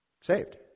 saved